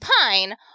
Pine